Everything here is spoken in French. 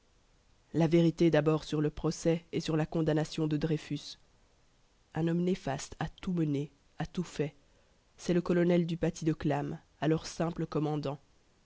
la vérité d'abord sur le procès et sur la condamnation de dreyfus un homme néfaste a tout mené a tout fait c'est le lieutenant-colonel du paty de clam alors simple commandant